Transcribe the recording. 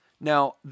Now